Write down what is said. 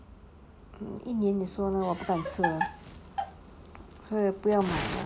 一年你说呢我不敢吃所以不要买了